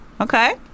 Okay